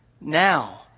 now